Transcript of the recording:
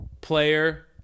player